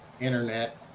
internet